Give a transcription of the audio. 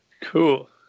cool